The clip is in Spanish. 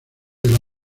del